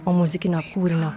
o muzikinio kūrinio